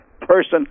person